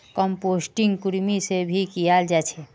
composting कृमि से भी कियाल जा छे